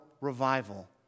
revival